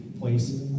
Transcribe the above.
place